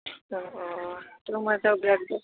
अ अ समाजाव बिराद